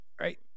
right